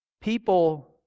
People